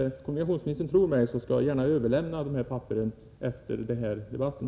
Om kommunikationsministern inte tror mig, skall jag överlämna papperet efter den här debatten.